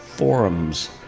Forums